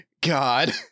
God